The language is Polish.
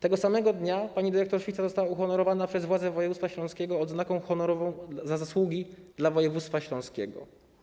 Tego samego dnia pani dyrektor Fica została uhonorowana przez władze województwa śląskiego odznaką honorową „Za Zasługi dla Województwa Śląskiego”